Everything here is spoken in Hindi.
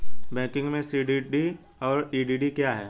बैंकिंग में सी.डी.डी और ई.डी.डी क्या हैं?